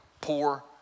poor